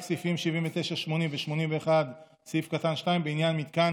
רק סעיפים 80-79 ו-81(2) (בעניין מתקן